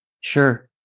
Sure